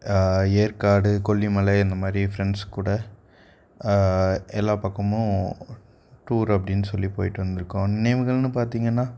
ஏற்காடு கொல்லிமலை இந்தமாதிரி என் ஃப்ரெண்ட்ஸ் கூட எல்லா பக்கமும் டூர் அப்படின்னு சொல்லி போயிட்டு வந்துருக்கோம் நினைவுகள்னு பார்த்தீங்கன்னா